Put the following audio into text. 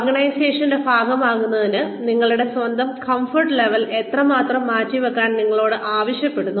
ഓർഗനൈസേഷന്റെ ഭാഗമാകുന്നതിന് നിങ്ങളുടെ സ്വന്തം കംഫർട്ട് ലെവൽ എത്രമാത്രം മാറ്റിവെക്കാൻ നിങ്ങളോട് ആവശ്യപ്പെടുന്നു